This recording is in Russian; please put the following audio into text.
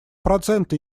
проценты